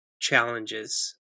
challenges